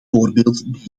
voorbeeld